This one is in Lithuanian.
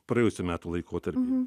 praėjusių metų laikotarpį